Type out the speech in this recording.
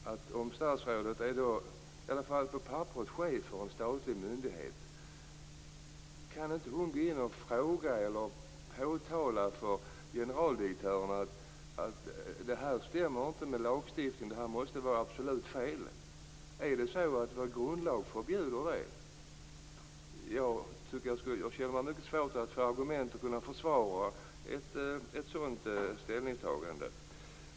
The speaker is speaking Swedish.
Statsrådet är ju i varje fall på papperet chef för en statlig myndighet. Kan hon då inte gå in och påtala för generaldirektören att det här inte stämmer med lagstiftningen och att det absolut måste vara fel? Är det så att vår grundlag förbjuder det? Jag tycker att det skulle vara svårt att försvara ett sådant ställningstagande.